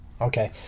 Okay